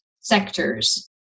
sectors